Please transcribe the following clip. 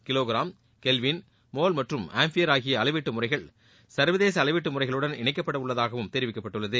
kilogram kelvin mole மற்றும் ampere ஆகிய அளவீட்டு முறைகள் சர்வதேச அளவீட்டு முறைகளுடன் இணைக்கப்படவுள்ளதாகவும் தெரிவிக்கப்பட்டுள்ளது